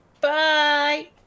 bye